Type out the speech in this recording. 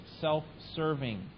self-serving